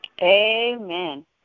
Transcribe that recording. Amen